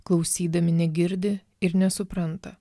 klausydami negirdi ir nesupranta